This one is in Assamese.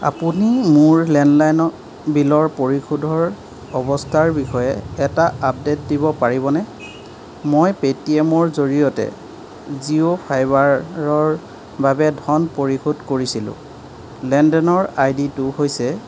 আপুনি মোৰ লেণ্ডলাইন বিলৰ পৰিশোধৰ অৱস্থাৰ বিষয়ে এটা আপডেট দিব পাৰিবনে মই পে'টিএমৰ জৰিয়তে জিও ফাইবাৰৰ বাবে ধন পৰিশোধ কৰিছিলোঁ লেনদেনৰ আইডিটো হৈছে